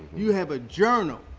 you have a journal.